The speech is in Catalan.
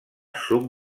suc